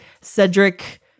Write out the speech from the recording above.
cedric